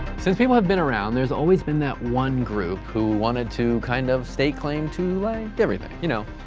since people have been around, there's always been that one group who wanted to kind of stake claim to like everything, you know,